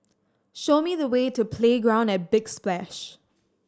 show me the way to Playground at Big Splash